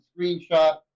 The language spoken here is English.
screenshot